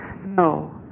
No